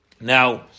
Now